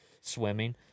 swimming